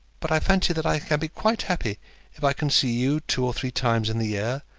but i fancy that i can be quite happy if i can see you two or three times in the year,